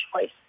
choice